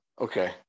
okay